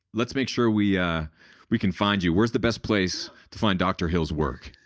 let's make sure we yeah we can find you. where's the best place to find dr. hill's work?